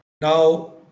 Now